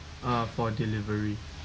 ah for delivery